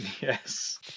yes